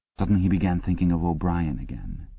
suddenly he began thinking of o'brien again.